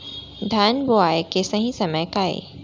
धान बोआई के सही समय का हे?